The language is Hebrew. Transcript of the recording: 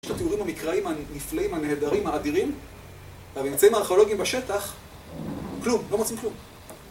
יש את התיאורים המקראיים הנפלאים, הנהדרים, האדירים, והממצעים הארכיאולוגיים בשטח, כלום, לא מוצאים כלום.